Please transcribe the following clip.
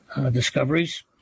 discoveries